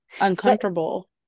Uncomfortable